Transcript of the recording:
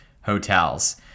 hotels